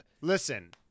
listen